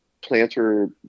planter